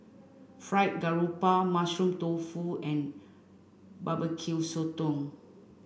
Fried Garoupa mushroom tofu and Barbecue Sotong